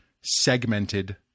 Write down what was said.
segmented